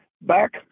back